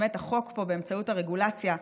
באמת החוק פה באמצעות הרגולציה,